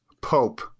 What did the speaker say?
pope